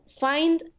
find